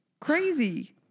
crazy